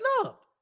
snubbed